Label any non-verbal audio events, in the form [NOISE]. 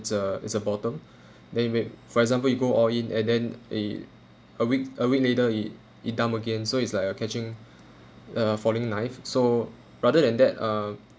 a it's a bottom [BREATH] then you make for example you go all in and then it a week a weak later it it dumb again so it's like a catching a falling knife so rather than that uh